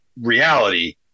reality